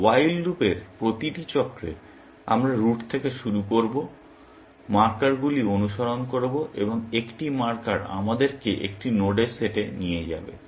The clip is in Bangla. এই while লুপের প্রতিটি চক্রে আমরা রুট থেকে শুরু করব মার্কারগুলি অনুসরণ করব এবং একটি মার্কার আমাদেরকে একটি নোডের সেটে নিয়ে যাবে